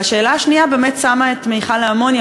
והשאלה השנייה באמת שמה את מכל האמוניה